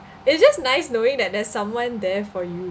it's just nice knowing that there's someone there for you